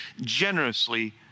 generously